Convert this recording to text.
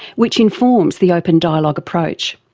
which informs the open dialogue approach.